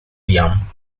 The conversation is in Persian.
بیام